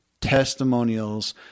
testimonials